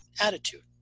Attitude